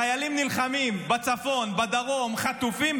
חיילים נלחמים בצפון, בדרום, חטופים.